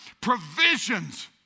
provisions